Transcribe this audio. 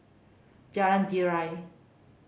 Jalan Girang